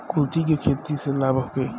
कुलथी के खेती से लाभ होखे?